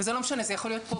וזה לא משנה זה יכול להיות פה,